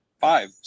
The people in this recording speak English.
five